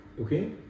okay